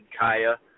Kaya